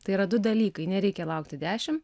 tai yra du dalykai nereikia laukti dešim